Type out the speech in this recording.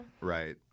right